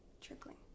trickling